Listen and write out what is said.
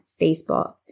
Facebook